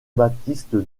baptiste